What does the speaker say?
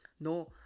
no